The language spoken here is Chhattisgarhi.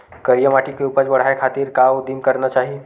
करिया माटी के उपज बढ़ाये खातिर का उदिम करना चाही?